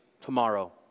tomorrow